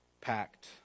packed